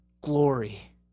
glory